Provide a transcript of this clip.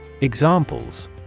Examples